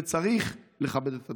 וצריך לכבד את הדמוקרטיה.